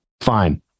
fine